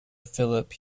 phillip